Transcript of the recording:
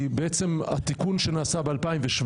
כי התיקון שנעשה ב-2017,